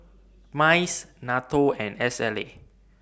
Mice NATO and S L A